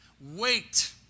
Wait